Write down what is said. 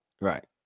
Right